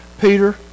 Peter